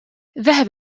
ذهب